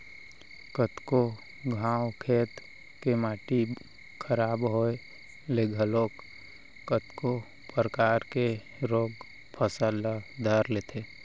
कतको घांव खेत के माटी खराब होय ले घलोक कतको परकार के रोग फसल ल धर लेथे